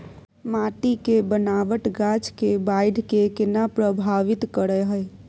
माटी के बनावट गाछ के बाइढ़ के केना प्रभावित करय हय?